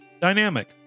Dynamic